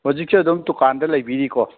ꯍꯨꯖꯤꯛꯁꯦ ꯑꯗꯨꯝ ꯇꯨꯀꯥꯟꯗ ꯂꯩꯕꯤꯔꯤꯀꯣ